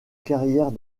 carrière